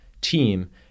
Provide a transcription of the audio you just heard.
team